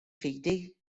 fidi